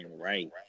right